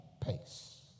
pace